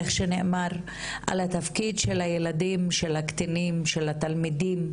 איך שנאמר, של הילדים, הקטינים ושל התלמידים,